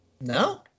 No